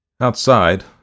Outside